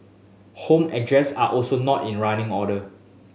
home address are also not in running order